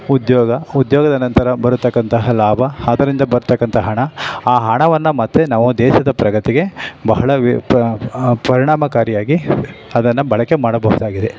ಉದ್ಯೋಗ ಉದ್ಯೋಗದ ನಂತರ ಬರತಕ್ಕಂತಹ ಲಾಭ ಅದರಿಂದ ಬರತಕ್ಕಂತಹ ಹಣ ಆ ಹಣವನ್ನು ಮತ್ತು ನಾವು ದೇಶದ ಪ್ರಗತಿಗೆ ಬಹಳ ವಿಪ ಪರಿಣಾಮಕಾರಿಯಾಗಿ ಅದನ್ನು ಬಳಕೆ ಮಾಡಬಹುದಾಗಿದೆ